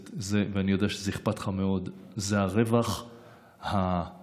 ואני יודע שאכפת לך מאוד, זה הרווח המנטלי,